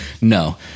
No